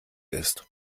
ist